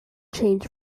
change